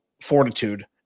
fortitude